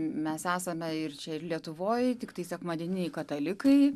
mes esame ir čia ir lietuvoj tiktai sekmadieniniai katalikai